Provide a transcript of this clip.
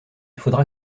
faudra